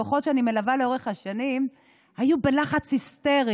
משפחות שאני מלווה לאורך השנים היו בלחץ היסטרי,